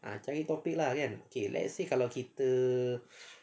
ah cari topik lah kan